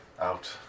Out